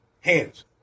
hands